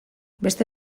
beste